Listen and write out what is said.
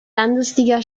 landesliga